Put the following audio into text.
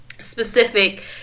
specific